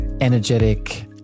energetic